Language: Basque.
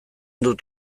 dut